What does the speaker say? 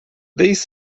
these